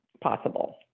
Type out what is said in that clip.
possible